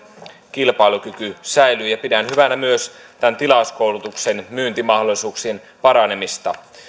kilpailukyky säilyy pidän hyvänä myös tämän tilauskoulutuksen myyntimahdollisuuksien paranemista